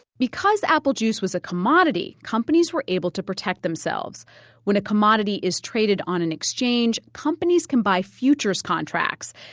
because apple juice was a commodity, companies were able to protect themselves when a commodity is traded on an exchange, companies can buy futures contracts,